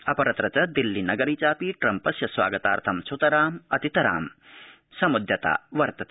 अपरत्र च दिल्लीनगरी चापि ट्रम्पस्य स्वागतार्थ स्तरामतितरां सम्दयता वर्तते